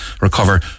recover